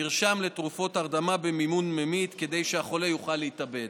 מרשם לתרופת הרדמה במינון ממית כדי שהחולה יוכל להתאבד